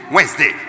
Wednesday